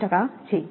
5 છે